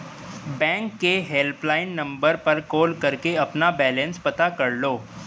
bank के helpline number पर call करके अपना बैलेंस पता कर लो